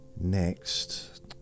Next